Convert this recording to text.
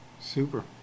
super